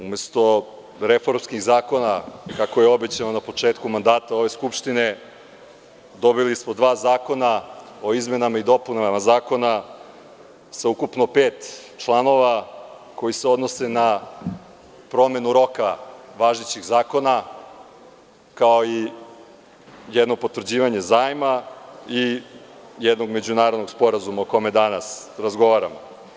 Umesto reformskih zakona, kako je obećano na početku mandata ove Skupštine, dobili smo dva zakona o izmenama i dopunama zakona sa ukupno pet članova koji se odnose na promenu roka važećih zakona, kao i jedno potvrđivanje zajma i jednog međunarodnog sporazuma o kome danas razgovaramo.